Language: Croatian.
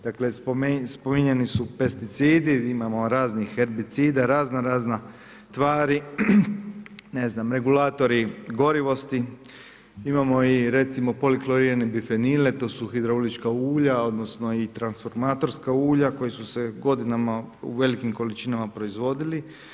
Dakle spominjani su pesticidi, imamo raznih herbicida, raznorazne tvari, regulatori gorivosti, imamo i recimo poliklorirane bifenile, to su hidraulička ulja odnosno i transformatorska ulja koja su se godinama u velikim količinama proizvodili.